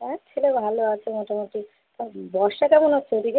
আমার ছেলে ভালো আছে মোটমুটি তা বর্ষা কেমন হচ্ছে ওদিকে